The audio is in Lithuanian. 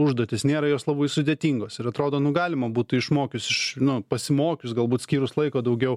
užduotis nėra jos labai sudėtingos ir atrodo nu galima būtų išmokius iš nu pasimokius galbūt skyrus laiko daugiau